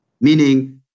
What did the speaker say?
Meaning